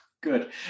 Good